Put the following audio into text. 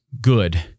good